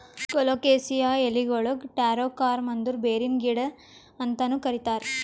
colocasia ಎಲಿಗೊಳಿಗ್ taro corm ಅಂದುರ್ ಬೇರಿನ ಗಿಡ ಅಂತನು ಕರಿತಾರ್